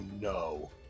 no